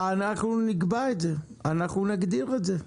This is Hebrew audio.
אנחנו נקבע את זה, אנחנו נגדיר את זה.